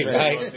right